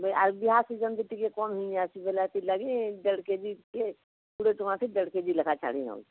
ବେ ଆଉ ବିହା ସିଜନ୍କୁ ଟିକେ କମ୍ ହେଇଆସି ଗଲେ ଏଥିଲାଗି ଦେଢ଼୍ କେଜିକେ କୋଡ଼ିଏ ଟଙ୍କାକେ ଦେଢ଼୍ କେ ଜି ଲେଖା ଛାଡ଼ି ନେଉଛୁ